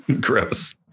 Gross